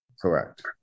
Correct